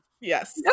yes